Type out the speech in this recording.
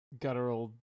guttural